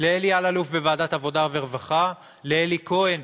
לאלי אלאלוף בוועדת העבודה והרווחה, לאלי כהן